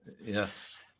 yes